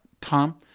Tom